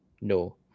no